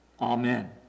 amen